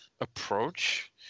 approach